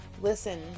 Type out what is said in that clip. Listen